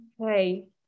Okay